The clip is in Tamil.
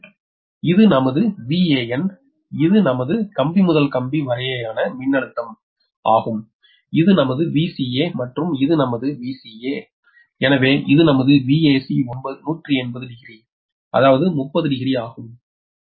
இப்போது இது நமது Van இது நமது கம்பி முதல் கம்பி வரையனேயான மின்னழுத்தம் ஆகும் இது நமது Vca மற்றும் இது நமது Vca எனவே இது நமது Vac180 டிகிரி அதாவது 30 டிகிரி ஆகும்